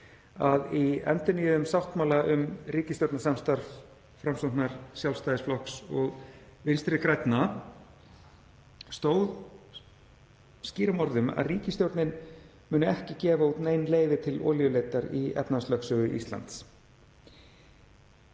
að í endurnýjuðum sáttmála um ríkisstjórnarsamstarf Framsóknarflokks, Sjálfstæðisflokks og Vinstri grænna stóð skýrum orðum að ríkisstjórnin myndi ekki gefa út nein leyfi til olíuleitar í efnahagslögsögu Íslands.